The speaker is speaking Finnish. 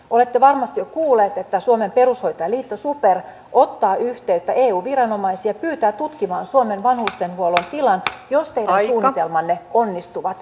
olette varmasti jo kuullut että suomen perushoitajaliitto super ottaa yhteyttä eu viranomaisiin ja pyytää tutkimaan suomen vanhustenhuollon tilan jos teidän suunnitelmanne onnistuvat